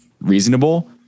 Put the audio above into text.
reasonable